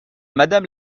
madame